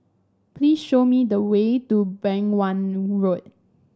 please show me the way to Beng Wan Road